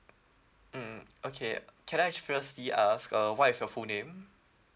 mm okay can I firstly ask uh what is your full name